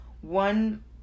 one